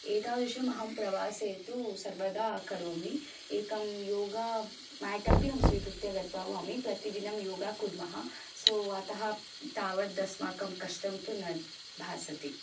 एतादृशम् अहं प्रवासे तु सर्वदा करोमि एकं योगा मैट् अपि अहं स्वीकृत्य गत्वा भवामि प्रतिदिनं योगा कुर्मः सो अतः तावदस्माकं कष्टं तु न भासते